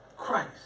Christ